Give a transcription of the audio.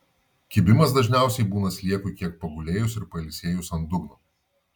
kibimas dažniausiai būna sliekui kiek pagulėjus ir pailsėjus ant dugno